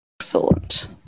Excellent